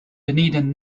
dunedin